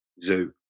zoo